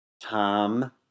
Tom